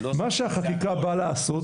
מה שהחקיקה באה לעשות,